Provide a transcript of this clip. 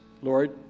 Lord